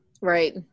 right